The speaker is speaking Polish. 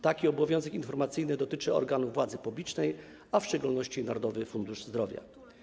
Taki obowiązek informacyjny dotyczy organów władzy publicznej, a w szczególności Narodowego Funduszu Zdrowia.